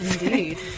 Indeed